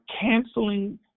canceling